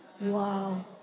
Wow